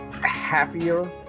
happier